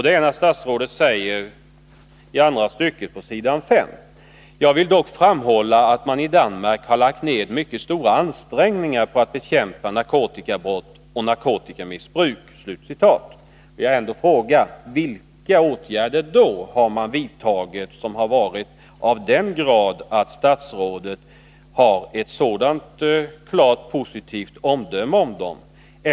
Det gäller statsrådets uttalande i svaret: ”Jag vill dock framhålla att man i Danmark har lagt ned mycket stora ansträngningar på att bekämpa narkotikabrott och narkotikamissbruk.” Jag vill fråga: Vilka åtgärder är det man har vidtagit som har varit av den art att statsrådet kan avge ett sådant positivt omdöme om dem?